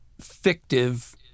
fictive